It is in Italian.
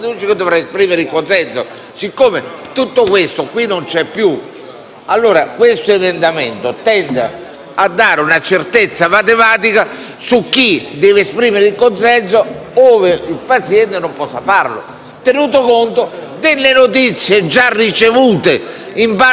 più, l'emendamento tende a dare una certezza matematica su chi debba esprimere il consenso ove il paziente non possa farlo, tenuto conto delle notizie già ricevute in base al comma 3. Questa è la situazione.